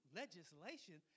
legislation